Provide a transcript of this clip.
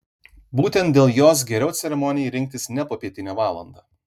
būtent dėl jos geriau ceremonijai rinktis ne popietinę valandą